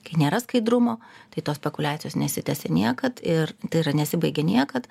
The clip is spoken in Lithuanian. kai nėra skaidrumo tai tos spekuliacijos nesitęsia niekad ir tai yra nesibaigia niekad